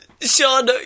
Sean